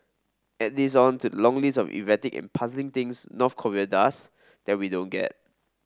add this on to long list of erratic and puzzling things North Korea does that we don't get